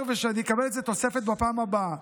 ושאני אקבל על זה תוספת בפעם הבאה.